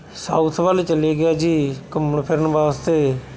south ਵੱਲ ਚਲੇ ਗਿਆ ਜੀ ਘੁੰਮਣ ਫਿਰਨ ਵਾਸਤੇ